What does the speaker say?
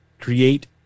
create